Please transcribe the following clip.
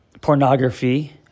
Pornography